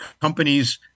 companies